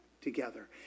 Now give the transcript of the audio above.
together